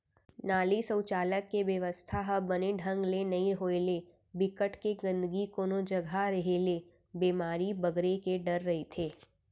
नाली, सउचालक के बेवस्था ह बने ढंग ले नइ होय ले, बिकट के गंदगी कोनो जघा रेहे ले बेमारी बगरे के डर रहिथे